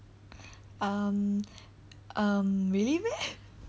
um um really meh